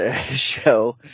show